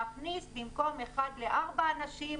להכניס 1 ל-7 אנשים במקום 1 ל-4 אנשים,